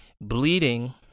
Bleeding